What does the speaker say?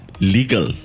legal